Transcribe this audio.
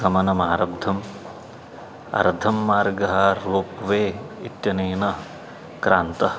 गमनमारब्धम् अर्धः मार्गः ropeway इत्यनेन क्रान्तिः